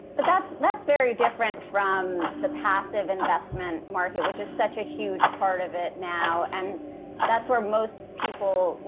but that's that's very different from the passive investment market, which is such a huge part of it now, and that's where most people,